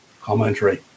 commentary